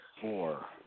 four